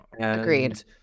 Agreed